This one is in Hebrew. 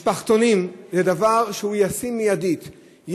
משפחתונים זה דבר שהוא ישים מיידית,